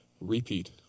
repeat